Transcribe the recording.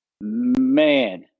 Man